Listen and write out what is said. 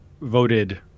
voted